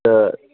تہٕ